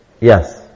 Yes